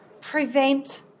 prevent